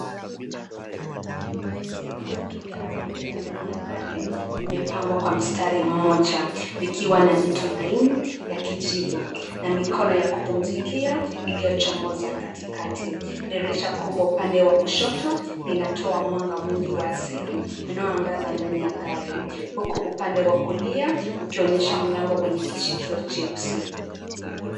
Viti vitatu vya abiria ndani ya gari, vimepangwa kwa mstari mmoja vikiwa na mito laini ya kijivu na mikono ya kupumzikia iliyochomoza katikati. Dirisha kubwa upande wa kushoto, linatoa mwanga mwingi wa asili inayoangaza ndani ya gari huku upande wa kulia ukionyesha mlango wenye kisikio cheusi.